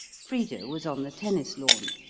frida was on the tennis-lawn.